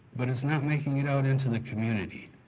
but it's not making it out into the community.